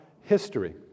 history